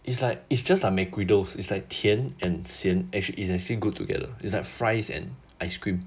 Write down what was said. it's like it's just mcgriddles is like 甜 and 咸 is actually good together it's like fries and ice cream